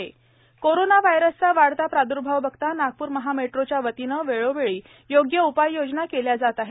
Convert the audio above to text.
MahaMetro Nagpur corona वायरसचा वाढता प्राद्भाव बघता नागपुर महामेट्रोच्या वतीने वेळोवेळो योग्य उपाययोजना केल्या जात आहे